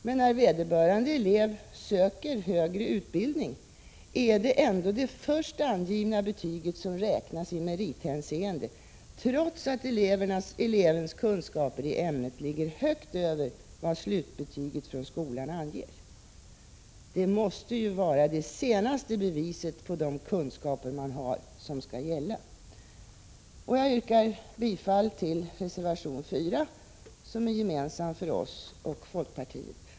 Men när vederbörande elev söker högre utbildning är det ändå det först angivna betyget som räknas i merithänseende, trots att elevens kunskap i ämnet ligger högt över vad slutbetyget från skolan anger. Det måste vara det senaste beviset på de kunskaper man har som skall gälla. Jag yrkar bifall till reservation 4, som är gemensam för oss och folkpartiet.